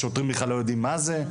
והשוטרים בכלל לא יודעים מה זה.